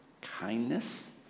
kindness